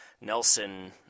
Nelson